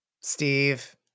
Steve